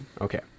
Okay